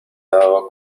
dado